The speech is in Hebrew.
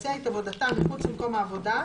לבצע את עבודתם מחוץ למקום העבודה,